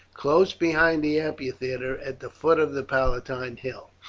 close behind the amphitheatre at the foot of the palatine hill,